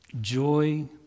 joy